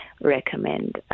recommend